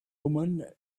woman